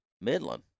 midland